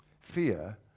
Fear